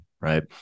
right